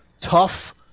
tough